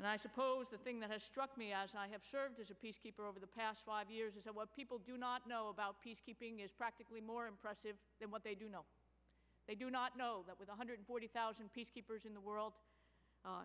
and i suppose the thing that has struck me as i have served as a peacekeeper over the past five years what people do not know about peacekeeping is practically more impressive than what they do they do not know that with one hundred forty thousand peacekeepers in the world